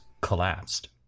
collapsed